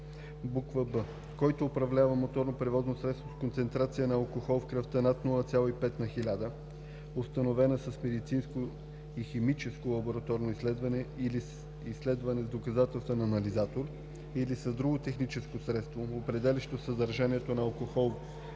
така: „б) който управлява моторно превозно средство с концентрация на алкохол в кръвта над 0,5 на хиляда, установена с медицинско и химическо лабораторно изследване или с изследване с доказателствен анализатор, или с друго техническо средство, определящо съдържанието на алкохол в кръвта